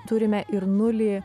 turime ir nulį